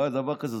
לא היה דבר כזה,